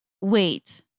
wait